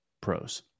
pros